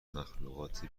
مخلوقات